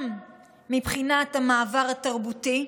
גם מבחינת המעבר התרבותי,